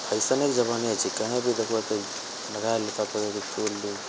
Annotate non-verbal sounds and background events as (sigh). फैशनेके जमाने छै कहीं भी देखबऽ तऽ लगाय लेतऽ (unintelligible)